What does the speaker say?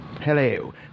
Hello